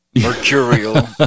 Mercurial